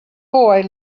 boy